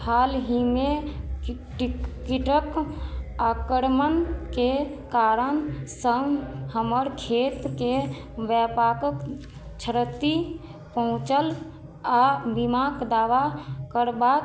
हालहिमे टिक कीटके आक्रमणके कारणसँ हमर खेतके व्यापक क्षति पहुँचल आओर बीमाके दावा करबाक